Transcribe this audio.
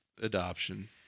adoption